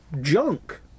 junk